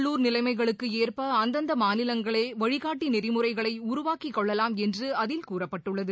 உள்ளுர் நிலைமைகளுக்கு ஏற்ப அந்தந்த மாநிலங்களே வழிகாட்டி நெறிமுறைகளை உருவாக்கிக்கொள்ளலாம் என்று அதில் கூறப்பட்டுள்ளது